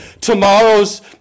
tomorrow's